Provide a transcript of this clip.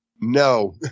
No